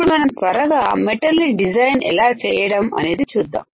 ఇప్పుడు మనం త్వరగా మెటల్ ని డిజైన్ ఎలా చేయడం అనేది చూద్దాం